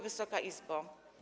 Wysoka Izbo!